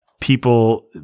people